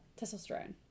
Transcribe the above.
Testosterone